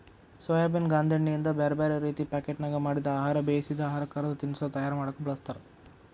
soybean ಗಾಂದೇಣ್ಣಿಯಿಂದ ಬ್ಯಾರ್ಬ್ಯಾರೇ ರೇತಿ ಪಾಕೇಟ್ನ್ಯಾಗ ಮಾಡಿದ ಆಹಾರ, ಬೇಯಿಸಿದ ಆಹಾರ, ಕರದ ತಿನಸಾ ತಯಾರ ಮಾಡಕ್ ಬಳಸ್ತಾರ